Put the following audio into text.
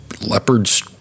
leopard's